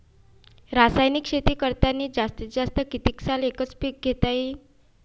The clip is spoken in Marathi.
रासायनिक शेती करतांनी जास्तीत जास्त कितीक साल एकच एक पीक घेता येईन?